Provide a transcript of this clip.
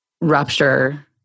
rupture